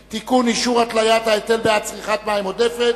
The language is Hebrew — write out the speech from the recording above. ו-2010) (תיקון אישור התליית ההיטל בעד צריכת מים עודפת).